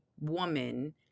woman